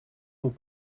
nous